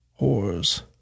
Whores